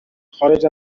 خارج